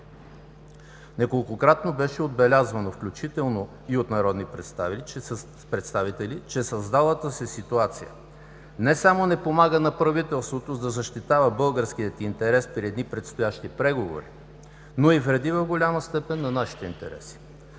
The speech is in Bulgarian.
Неколкократно беше отбелязвано, включително и от народни представители, че създалата се ситуация не само не помага на правителството да защитава българския интерес преди предстоящи преговори, но и вреди в голяма степен на нашите интереси.